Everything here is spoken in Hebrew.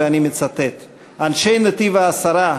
ואני מצטט: "אנשי נתיב-העשרה,